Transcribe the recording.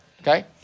okay